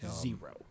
Zero